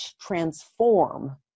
transform